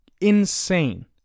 insane